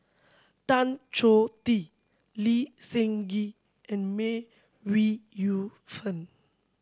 Tan Choh Tee Lee Seng Gee and May Ooi Yu Fen